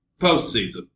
postseason